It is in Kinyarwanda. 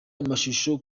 amashusho